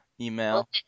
email